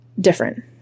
different